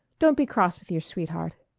don't be cross with your sweetheart.